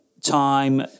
time